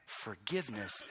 Forgiveness